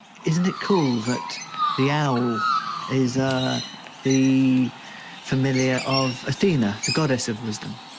isn't it cool that the owl is ah the familiar of athena, the goddess of wisdom.